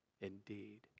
indeed